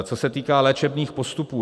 Co se týká léčebných postupů.